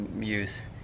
use